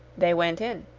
they went in.